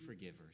forgivers